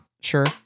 Sure